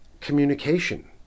communication